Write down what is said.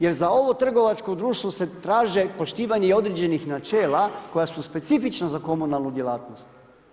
Jer za ovo trgovačko društvo se traže poštivanje i određenih načela koja su specifična za komunalnu djelatnost.